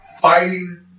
fighting